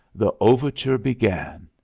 the overture began.